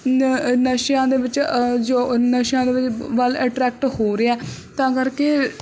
ਨ ਨਸ਼ਿਆਂ ਦੇ ਵਿੱਚ ਜੋ ਨਸ਼ਿਆਂ ਦੇ ਵਿੱਚ ਵੱਲ ਅਟਰੈਕਟ ਹੋ ਰਿਹਾ ਤਾਂ ਕਰਕੇ